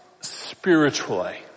spiritually